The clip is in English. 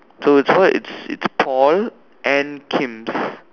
so it's why it's it's Paul and Kim's